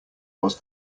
was